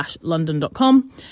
london.com